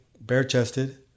bare-chested